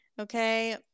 Okay